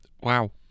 Wow